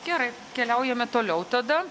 gerai keliaujame toliau tada